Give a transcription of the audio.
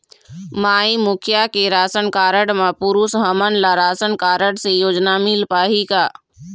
माई मुखिया के ration card म पुरुष हमन ला राशन कारड से योजना मिल पाही का?